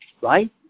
right